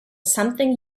something